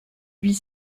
huit